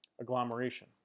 Agglomeration